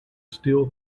still